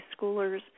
schoolers